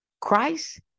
Christ